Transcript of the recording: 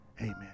Amen